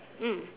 mm